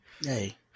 Hey